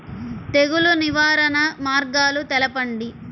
తెగులు నివారణ మార్గాలు తెలపండి?